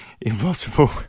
Impossible